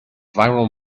viral